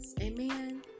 Amen